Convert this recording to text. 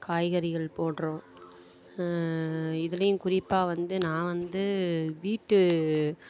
காய்கறிகள் போடுகிறோம் இதுலேயும் குறிப்பாக வந்து நான் வந்து வீட்டு